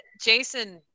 Jason